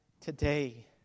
today